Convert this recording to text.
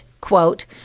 quote